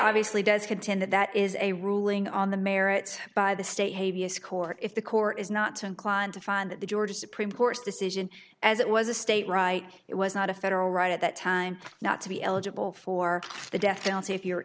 obviously does contend that that is a ruling on the merits by the state court if the court is not to inclined to find that the georgia supreme court's decision as it was a state right it was not a federal right at that time not to be eligible for the death penalty if you